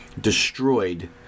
destroyed